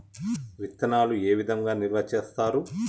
విత్తనాలు ఏ విధంగా నిల్వ చేస్తారు?